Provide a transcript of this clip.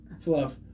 Fluff